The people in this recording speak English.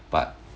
but